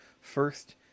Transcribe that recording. First